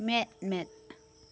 ᱢᱮᱫ ᱢᱮᱫ